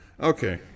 Okay